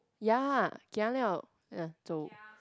ya gia liao uh 走